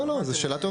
לא, לא, זו שאלה טובה.